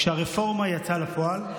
כשהרפורמה יצאה לפועל,